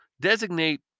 designate